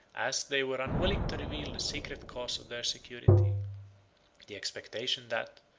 as they were unwilling to reveal the secret cause of their security the expectation that,